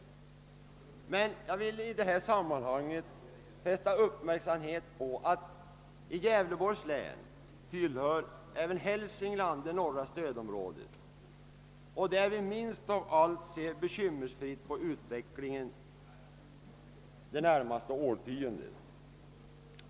Jag vill emellertid i detta sammanhang fästa uppmärksamheten på att i Gävleborgs län tillhör även Hälsingland det norra stödområdet, och där ser vi minst av allt bekymmersfritt på utvecklingen det närmaste årtiondet.